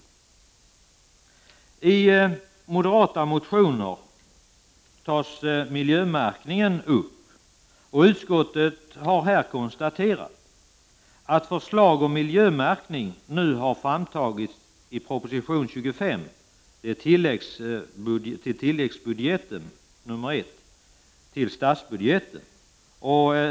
I moderata motioner tas miljömärkningen upp. Utskottet har här konstaterat att förslag om miljömärkning nu har framtagits i proposition 25 i tillläggsbudget I till statsbudgeten.